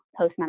postmenopausal